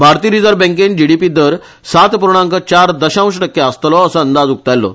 भारतीय रिजर्व बॅकेन जिडीपी दर सात पुर्णाक चार दशांश टक्के आसतलो असो अंदाज उक्तायलो